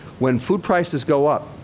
when food prices go up,